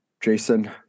Jason